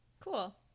cool